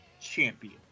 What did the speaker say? champion